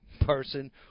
person